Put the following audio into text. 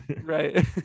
right